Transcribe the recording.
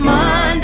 Monday